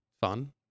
fun